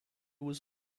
was